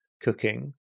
cooking